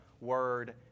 word